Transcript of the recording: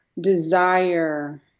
desire